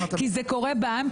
כי זה קורה בעם,